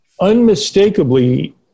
unmistakably